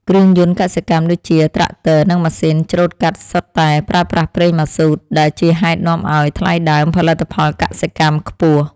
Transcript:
គ្រឿងយន្តកសិកម្មដូចជាត្រាក់ទ័រនិងម៉ាស៊ីនច្រូតកាត់សុទ្ធតែប្រើប្រាស់ប្រេងម៉ាស៊ូតដែលជាហេតុនាំឱ្យថ្លៃដើមផលិតផលកសិកម្មខ្ពស់។